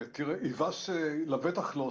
תראה, ייבש לבטח לא.